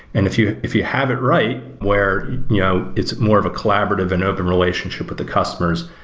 and if you if you have it right, where you know it's more of a collaborative and open relationship with the customers,